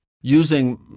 using